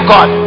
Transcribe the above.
God